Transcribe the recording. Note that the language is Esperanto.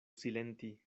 silenti